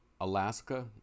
Alaska